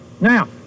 Now